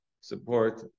support